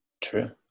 true